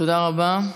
תודה רבה.